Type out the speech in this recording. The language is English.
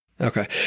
Okay